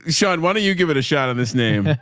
sean, why don't you give it a shot on this name?